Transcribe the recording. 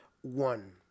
One